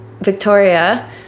Victoria